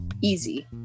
easy